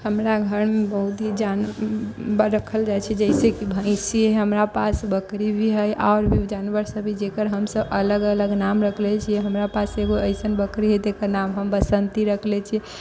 हमरा घरमे बहुत ही जानवर रखल जाइ छै जइसे भैँसी है हमरा पास बकरी भी है आओर भी जानवर सभ है जेकर हम सभ अलग अलग नाम रखले छियै हमरा पास एगो एसन बकरी है तेकर नाम हम बसंती रखले छी